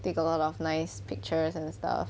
take a lot of nice pictures and stuff